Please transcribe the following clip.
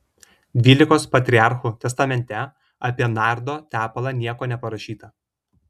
dvylikos patriarchų testamente apie nardo tepalą nieko neparašyta